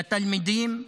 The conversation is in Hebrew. לתלמידים,